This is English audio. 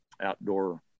outdoor